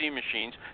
machines